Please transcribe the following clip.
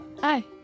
Hi